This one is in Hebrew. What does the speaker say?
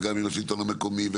וגם עם השלטון המקומי,